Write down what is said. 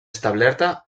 establerta